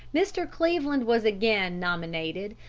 mr. cleveland was again nominated,